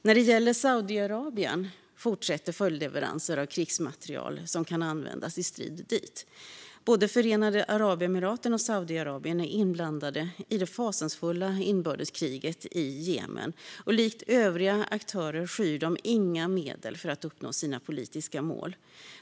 När det gäller Saudiarabien fortsätter följdleveranser av krigsmateriel som kan användas i strid dit. Både Förenade Arabemiraten och Saudiarabien är inblandade i det fasansfulla inbördeskriget i Jemen, och likt övriga aktörer skyr de inga medel för att uppnå sina politiska mål.